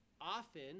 often